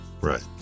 right